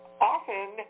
often